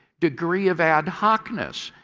degree of ad hoc-ness,